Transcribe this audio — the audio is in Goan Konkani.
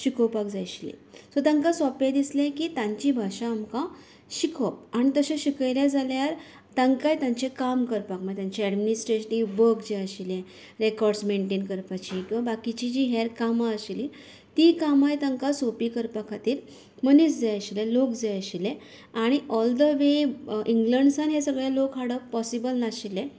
शिकोवपाक जाय आशिल्ली सो तांकां सोपें दिसलें की तांची भाशा आमकां शिकोवप आनी तशें शिकयलें जाल्यार तांकांय तांचें काम करपाक म्हळ्यार तांचे एडमिनिस्ट्रेटीव वर्क जें आशिल्लें रॅकाॅर्डस मेन्टेन करपाची किंवां बाकीची जीं हेर कामां आशिल्ली तीय कामां तांकां सोंपी करपाक खातीर मनीस जाय आशिल्ले लोक जाय आशिल्ले आनी ऑल द वे इंग्लंडसान हे सगले लोक हाडप पाॅसिबल नाशिल्लें